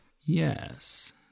Yes